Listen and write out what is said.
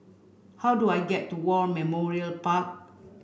how do I get to War Memorial Park